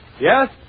Yes